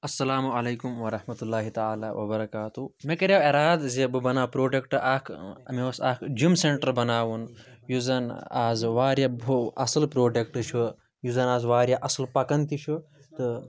اَسَلامُ علیکُم وَرحمتُہ اللہ تعالی وَبَرکاتُہ مےٚ کَریو ایراد زِ بہٕ بَناو پرٛوڈَکٹہٕ اَکھ مےٚ اوس اَکھ جِم سیٚنٛٹَر بَناوُن یُس زَن اَز واریاہ ہُو اَصٕل پرٛوڈَکٹہٕ چھُ یُس زَن اَز واریاہ اَصٕل پَکان تہِ چھُ تہٕ